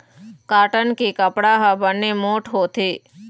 cotton के कपड़ा ह बने मोठ्ठ होथे